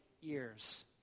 years